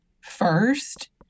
first